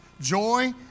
joy